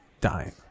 dying